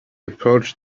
approached